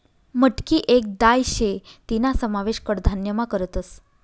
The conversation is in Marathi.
मटकी येक दाय शे तीना समावेश कडधान्यमा करतस